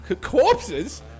Corpses